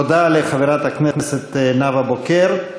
תודה לחברת הכנסת נאוה בוקר.